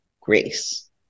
grace